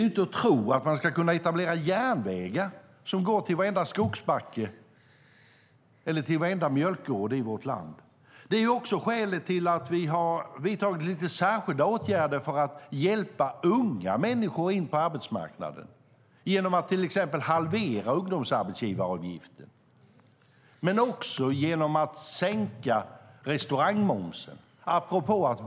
Man kan ju inte tro att det ska gå att etablera järnväg som går till varenda skogsbacke eller varenda mjölkgård i vårt land. Det är också skälet till att vi har vidtagit lite särskilda åtgärder för att hjälpa unga människor in på arbetsmarknaden. Vi har till exempel halverat ungdomsarbetsgivaravgiften. Vi har också sänkt restaurangmomsen.